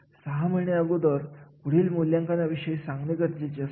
होय या कार्यासाठी कमीतकमी एवढा वर्षांचा अनुभव असणे गरजेचे आहे